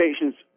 patients